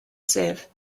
sieve